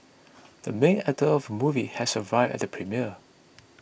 the main actor of movie has arrived at the premiere